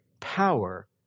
power